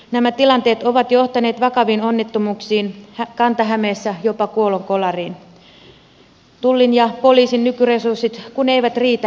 nämä tilanteet ovat johtaneet vakaviin onnettomuuksiin kanta hämeessä jopa kuolonkolariin tullin ja poliisin nykyresurssit kun eivät riitä täydelliseen valvontaan